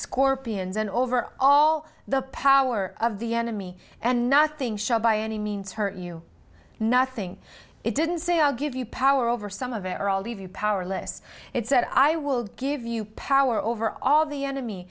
scorpions and over all the power of the enemy and nothing shall by any means hurt you nothing it didn't say i'll give you power over some of it or leave you powerless it's that i will give you power over all the enemy